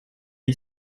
est